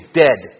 dead